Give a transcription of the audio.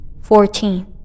Fourteen